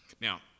Now